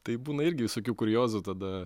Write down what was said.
tai būna irgi visokių kuriozų tada